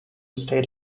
state